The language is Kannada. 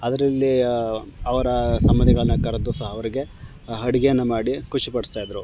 ಅದರಲ್ಲಿ ಅವರ ಸಂಬಂಧಿಗಳನ್ನ ಕರೆದು ಸಹ ಅವರಿಗೆ ಅಡುಗೆಯನ್ನು ಮಾಡಿ ಖುಷಿ ಪಡಿಸ್ತಾಯಿದ್ರು